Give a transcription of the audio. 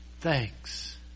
thanks